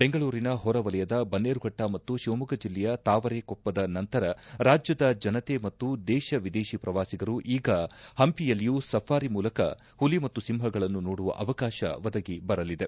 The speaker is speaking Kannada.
ಬೆಂಗಳೂರಿನ ಹೊರವಲಯದ ಬನ್ನೇರುಘಟ್ಟ ಮತ್ತು ಶಿವಮೊಗ್ಗ ಜಿಲ್ಲೆಯ ತಾವರೆಕೊಪ್ಪದ ನಂತರ ರಾಜ್ಯದ ಜನತೆ ಮತ್ತು ದೇಶ ವಿದೇಶಿ ಪ್ರವಾಸಿಗರು ಈಗ ಪಂಪಿಯಲ್ಲಿಯೂ ಸಫಾರಿ ಮೂಲಕ ಪುಲಿ ಮತ್ತು ಸಿಂಪಗಳನ್ನು ನೋಡುವ ಅವಕಾಶ ಒದಗಿಬರಲಿದೆ